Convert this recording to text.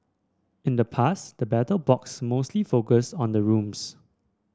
in the past the Battle Box mostly focused on the rooms